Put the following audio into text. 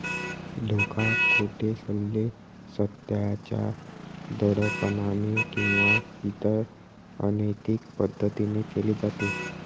धोका, खोटे सल्ले, सत्याच्या दडपणाने किंवा इतर अनैतिक पद्धतीने केले जाते